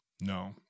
No